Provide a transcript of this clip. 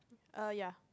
err ya